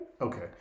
Okay